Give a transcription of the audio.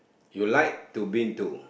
you like to been to